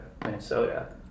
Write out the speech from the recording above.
Minnesota